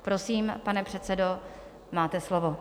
Prosím, pane předsedo, máte slovo.